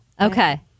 Okay